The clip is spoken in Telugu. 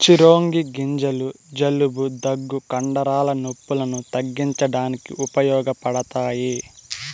చిరోంజి గింజలు జలుబు, దగ్గు, కండరాల నొప్పులను తగ్గించడానికి ఉపయోగపడతాయి